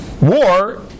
War